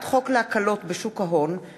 חוק לתיקון פקודת העיריות (הוראת שעה)